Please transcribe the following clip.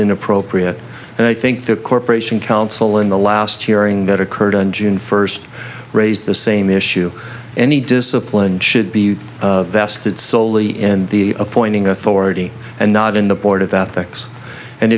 inappropriate and i think the corporation counsel in the last hearing that occurred on june first raised the same issue any discipline should be vested solely in the appointing authority and not in the board of ethics and